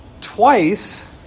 Twice